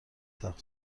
سقف